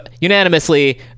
unanimously